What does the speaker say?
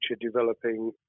developing